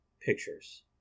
pictures